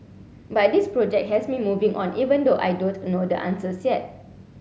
but this project has me moving on even though I don't know the answers yet